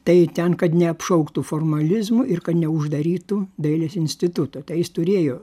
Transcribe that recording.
tai ten kad neapšauktų formalizmu ir kad neuždarytų dailės instituto tai jis turėjo